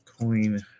coin